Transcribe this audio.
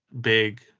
big